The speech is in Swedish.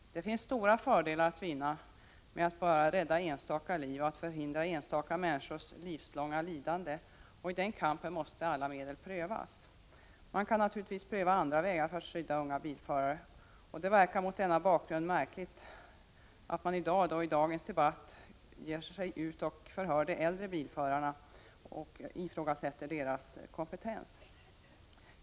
Det finns stora fördelar att vinna med att rädda bara enstaka liv och förhindra bara enstaka människors livslånga lidande. I den kampen måste alla medel prövas. Man kan naturligtvis pröva andra vägar för att skydda unga bilförare, och det verkar mot denna bakgrund märkligt att det är de äldre bilförarnas kompetens som ifrågasätts i dagens debatt.